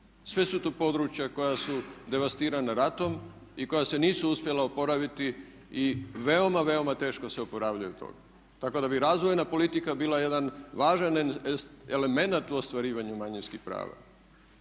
Sve su to područja koja su devastirana ratom i koja se nisu uspjela oporaviti i veoma, veoma teško se oporavljaju od toga. Tako da bi razvojna politika bila jedan važan element u ostvarivanju manjinskih prava.